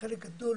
חלק גדול